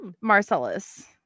Marcellus